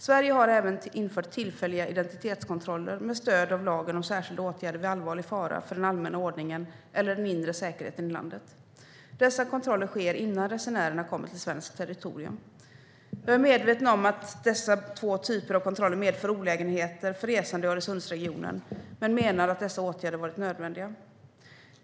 Sverige har även infört tillfälliga identitetskontroller med stöd av lagen om särskilda åtgärder vid allvarlig fara för den allmänna ordningen eller den inre säkerheten i landet. Dessa kontroller sker innan resenärerna kommer till svenskt territorium. Jag är medveten om att dessa två typer av kontroller medför olägenheter för resande i Öresundsregionen men menar att dessa åtgärder har varit nödvändiga.